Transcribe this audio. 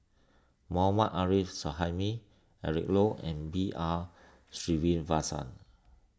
Mohammad Arif Suhaimi Eric Low and B R Sreenivasan